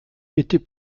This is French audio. était